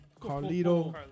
Carlito